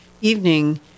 evening